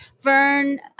Vern